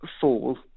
fall